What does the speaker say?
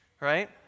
right